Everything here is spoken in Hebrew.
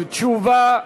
תשובה.